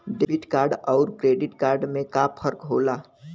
Debit card अउर credit card में का फर्क होला?